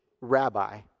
rabbi